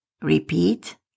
Repeat